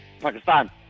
Pakistan